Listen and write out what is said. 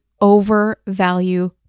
overvalue